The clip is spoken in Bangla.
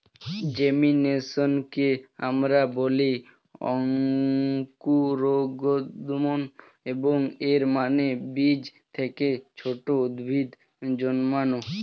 জেমিনেশনকে আমরা বলি অঙ্কুরোদ্গম, এবং এর মানে বীজ থেকে ছোট উদ্ভিদ জন্মানো